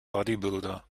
bodybuilder